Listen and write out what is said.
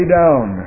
down